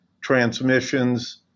transmissions